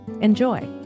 Enjoy